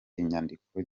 inyandiko